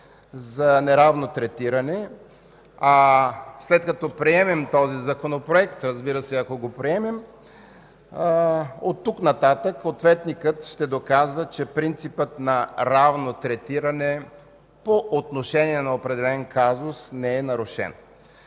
за неравно третиране, а след като приемем този законопроект, ако го приемем, от тук нататък ответникът ще доказва, че принципът на равно третиране по отношение на определен казус не е нарушен.